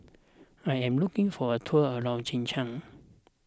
I am looking for a tour around Czechia